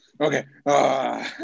okay